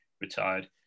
retired